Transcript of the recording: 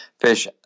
fish